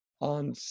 on